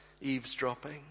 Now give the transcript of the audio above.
eavesdropping